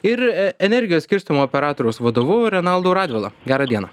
ir energijos skirstymo operatoriaus vadovu renaldu radvila gerą dieną